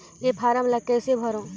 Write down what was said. ये फारम ला कइसे भरो?